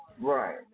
right